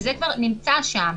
וזה כבר נמצא שם.